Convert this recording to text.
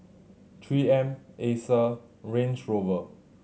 Three M Acer Range Rover